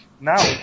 Now